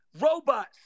robots